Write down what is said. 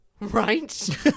Right